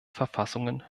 verfassungen